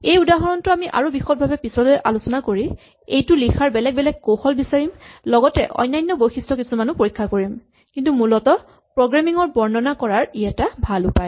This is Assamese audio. এই উদাহৰণটো আমি আৰু বিশদভাৱে পিচলৈ আলোচনা কৰি এইটো লিখাৰ বেলেগ বেলেগ কৌশল বিচাৰিম লগতে অন্যান্য বৈশিষ্ট কিছুমান পৰীক্ষা কৰিম কিন্তু মূলতঃ প্ৰগ্ৰেমিং ৰ বৰ্ণনা কৰাৰ ই এটা ভাল উপায়